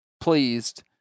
pleased